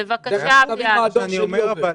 תכף אתה תבין מה הדור שלי עובר.